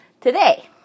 Today